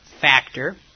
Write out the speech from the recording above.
factor